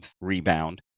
rebound